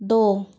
दो